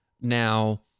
now